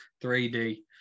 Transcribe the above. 3D